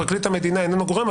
פרקליט המדינה איננו גורם,